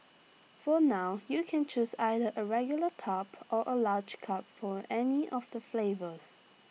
for now you can choose either A regular cup or A large cup for any of the flavours